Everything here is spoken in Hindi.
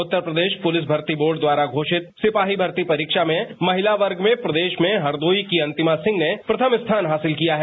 उत्तर प्रदेश पुलिस भर्ती बोर्ड द्वारा घोषित सिपाही भर्ती परीक्षा में महिता वर्ग में प्रदेश में हरदोई की अंतिमा सिंह ने प्रथम स्थान हासिल किया है